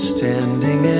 Standing